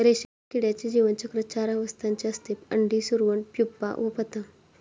रेशीम किड्याचे जीवनचक्र चार अवस्थांचे असते, अंडी, सुरवंट, प्युपा व पतंग